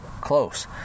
close